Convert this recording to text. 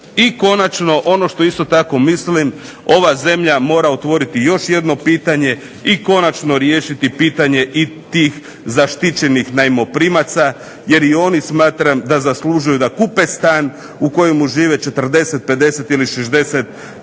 I konačno, ono što isto tako mislim ova zemlja mora otvoriti još jedno pitanje i konačno riješiti pitanje i tih zaštićenih najmoprimaca jer i oni smatram da zaslužuju da kupe stan u kojemu žive 40, 50 ili 60 godina.